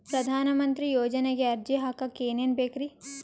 ಪ್ರಧಾನಮಂತ್ರಿ ಯೋಜನೆಗೆ ಅರ್ಜಿ ಹಾಕಕ್ ಏನೇನ್ ಬೇಕ್ರಿ?